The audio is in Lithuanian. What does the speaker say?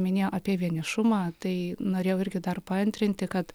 minėjo apie vienišumą tai norėjau irgi dar paantrinti kad